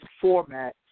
format